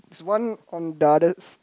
one on the others